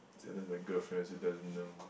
sometimes my girlfriends who doesn't know